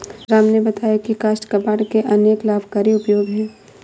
राम ने बताया की काष्ठ कबाड़ के अनेक लाभकारी उपयोग हैं